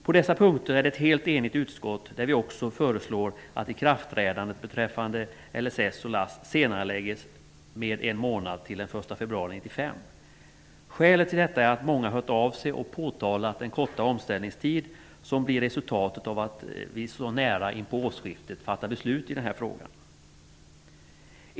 Ett helt enigt utskott står bakom dessa punkter, och vi föreslår också att ikraftträdandet beträffande LSS/LASS senareläggs med en månad till den 1 februari 1995. Skälet till detta är att många hört av sig till oss och påtalat den korta omställningstid som blir resultatet av att riksdagen fattar beslut i denna fråga så nära inpå årsskiftet.